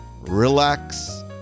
relax